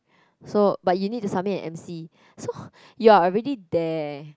so but you need to submit an m_c so you're already there